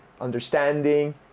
understanding